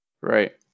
right